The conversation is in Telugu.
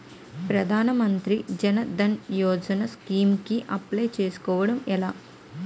ప్రధాన మంత్రి జన్ ధన్ యోజన స్కీమ్స్ కి అప్లయ్ చేసుకోవడం ఎలా?